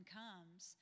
comes